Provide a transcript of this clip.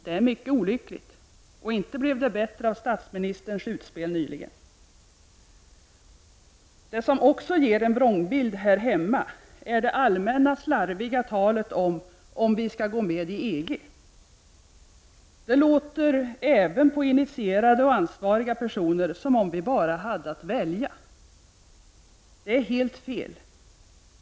Det är mycket olyckligt, och inte blev det bättre av statsministerns utspel nyligen. Det som också ger en vrångbild här hemma är det allmänt slarviga talet om huruvida vi skall gå med i EG. Det låter, även på initierade och ansvariga personer, som om vi bara hade att välja. Det är helt fel.